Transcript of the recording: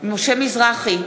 משה מזרחי,